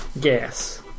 gas